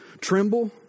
tremble